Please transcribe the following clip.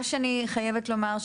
מה שאני חייבת לומר,